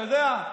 אתה יודע,